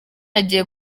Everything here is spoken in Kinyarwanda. agiye